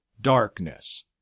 darkness